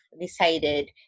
decided